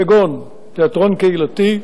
כגון תיאטרון קהילתי,